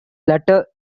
letter